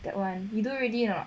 that one you do already or not